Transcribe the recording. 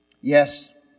Yes